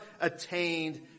attained